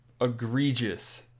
Egregious